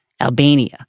Albania